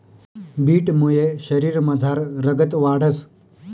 बीटमुये शरीरमझार रगत वाढंस